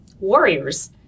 warriors